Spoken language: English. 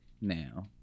now